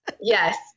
Yes